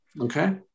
Okay